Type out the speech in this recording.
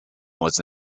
was